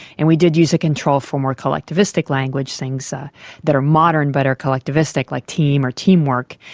and we did use a control for more collectivistic language, things ah that are modern but are collectivistic, like team or teamwork,